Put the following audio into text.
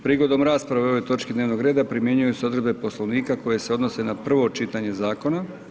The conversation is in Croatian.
Prigodom rasprave o ovoj točki dnevnog reda primjenjuju se odredbe Poslovnika koje se odnose na prvo čitanje zakona.